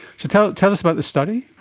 so tell tell us about this study.